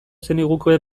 zeniguke